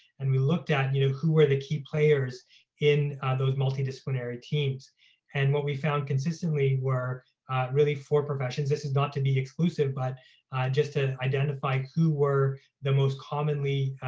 and we looked at, you know, who were the key players in those multidisciplinary teams and what we found consistently work really four professions. this is not to be exclusive, but just to identify who were the most commonly